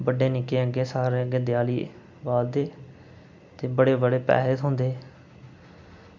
बड्डे निक्के अग्गें सारे देआली बालदे ते बड़े बड़े पैसे थ्होंदे